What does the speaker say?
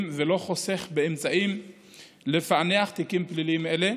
ולא חוסך באמצעים לפענח תיקים פליליים אלה.